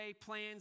plans